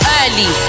early